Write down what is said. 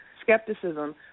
skepticism